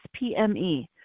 SPME